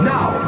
Now